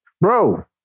bro